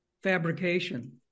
Fabrication